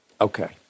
Okay